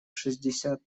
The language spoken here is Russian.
шестьдесят